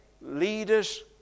leaders